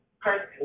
person